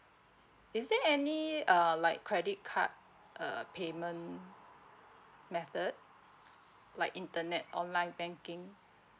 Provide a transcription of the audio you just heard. is there any um like credit card uh payment method like internet online banking